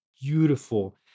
beautiful